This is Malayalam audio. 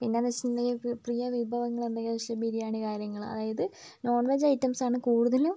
പിന്നെയെന്ന് വെച്ചിട്ടുണ്ടെങ്കിൽ പ്രിയ വിഭവങ്ങൾ എന്തെന്ന് വെച്ചിട്ടുണ്ടെങ്കിൽ ബിരിയാണി കാര്യങ്ങൾ അതായത് നോൺവെജ് ഐറ്റംസാണ് കൂടുതലും